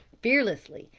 fearlessly,